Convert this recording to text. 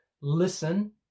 listen